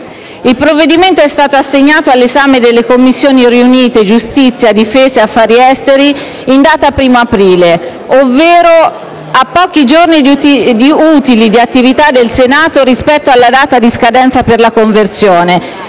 Il provvedimento è stato assegnato all'esame delle Commissioni riunite giustizia, difesa e affari esteri in data 1º aprile, ovvero a pochi giorni utili di attività del Senato rispetto alla data di scadenza per la conversione.